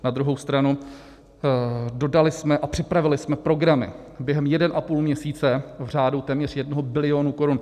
Na druhou stranu, dodali jsme a připravili jsme programy během jednoho a půl měsíce v řádu téměř jednoho bilionu korun.